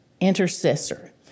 intercessor